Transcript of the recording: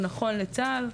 הוא נכון לצה"ל.